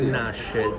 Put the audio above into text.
nasce